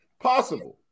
Possible